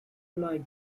alike